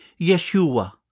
Yeshua